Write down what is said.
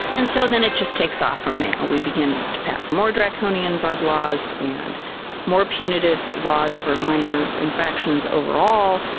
and so then it just takes off from there. we begin to pass more draconian drug laws and more punitive laws for minor infractions overall,